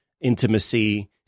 intimacy